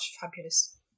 fabulous